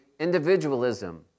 Individualism